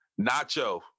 Nacho